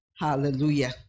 Hallelujah